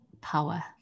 power